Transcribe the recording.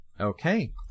Okay